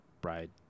bride